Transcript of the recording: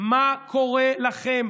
מה קורה לכם?